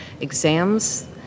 exams